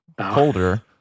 holder